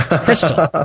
Crystal